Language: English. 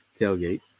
tailgate